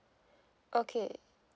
okay